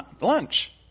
lunch